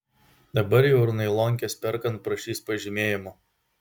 dabar jau ir nailonkes perkant prašys pažymėjimo